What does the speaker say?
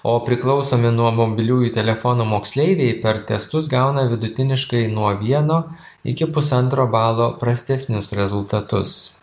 o priklausomi nuo mobiliųjų telefonų moksleiviai per testus gauna vidutiniškai nuo vieno iki pusantro balo prastesnius rezultatus